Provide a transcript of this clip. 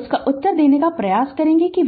इसका उत्तर देने का प्रयास करेंगे कि वे हैं